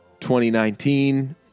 2019